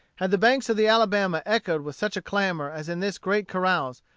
had the banks of the alabama echoed with such a clamor as in this great carouse,